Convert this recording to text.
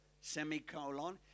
Semicolon